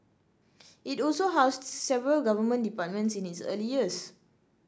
it also housed several Government departments in its early years